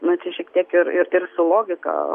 matyt šiek tiek ir ir su logika